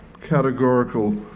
categorical